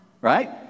Right